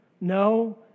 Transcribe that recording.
No